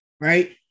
right